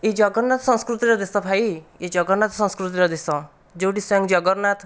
ଏଇ ଜଗନ୍ନାଥ ସଂସ୍କୃତିର ଦେଶ ଭାଇ ଏଇ ଜଗନ୍ନାଥ ସଂସ୍କୃତିର ଦେଶ ଯୋଉଠି ସ୍ୱୟଂ ଜଗନ୍ନାଥ